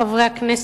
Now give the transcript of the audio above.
חברי הכנסת,